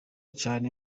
cane